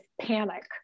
panic